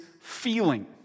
feeling